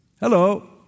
Hello